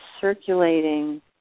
circulating